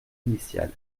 initiale